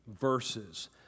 verses